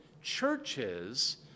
churches